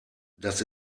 das